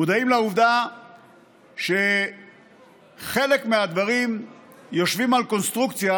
מודעים לעובדה שחלק מהדברים יושבים על קונסטרוקציה